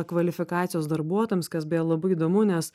kvalifikacijos darbuotojams kas beje labai įdomu nes